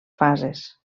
fases